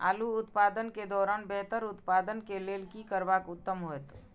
आलू उत्पादन के दौरान बेहतर उत्पादन के लेल की करबाक उत्तम होयत?